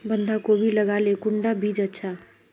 बंधाकोबी लगाले कुंडा बीज अच्छा?